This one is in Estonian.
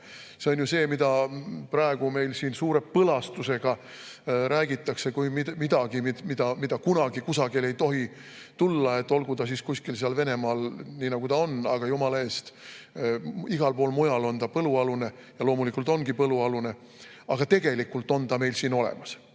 See on ju see, millest praegu meil siin suure põlastusega räägitakse kui millestki, mida kunagi kusagile ei tohi tulla, olgu ta siis kuskil seal Venemaal, nii nagu ta on, aga jumala eest, igal pool mujal on ta põlualune – ja loomulikult ongi põlualune –, aga tegelikult on ta meil siin olemas. Samuti